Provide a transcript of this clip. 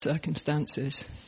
circumstances